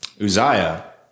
Uzziah